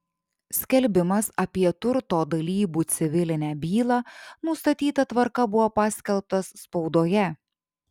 skelbimas apie turto dalybų civilinę bylą nustatyta tvarka buvo paskelbtas spaudoje